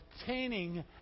obtaining